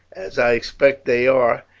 as i expect they are,